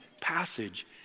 passage